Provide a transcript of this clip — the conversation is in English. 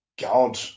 God